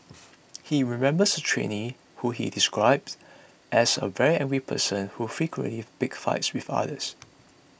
he remembers a trainee whom he described as a very angry person who frequently picked fights with others